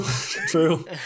true